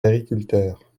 agriculteurs